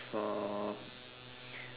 oh